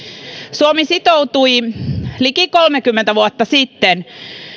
suomi sitoutui liki kolmekymmentä vuotta sitten